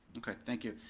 okay, thank you.